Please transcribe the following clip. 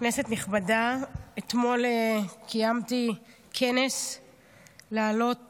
כנסת נכבדה, אתמול קיימתי כנס להעלות